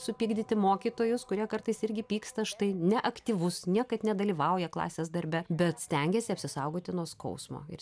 supykdyti mokytojus kurie kartais irgi pyksta štai neaktyvus niekaip nedalyvauja klasės darbe bet stengiasi apsisaugoti nuo skausmo ir